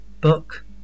book